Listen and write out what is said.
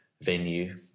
venue